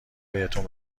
بهتون